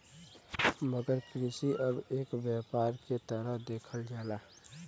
मगर कृषि अब एक व्यापार के तरह देखल जाला